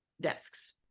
desks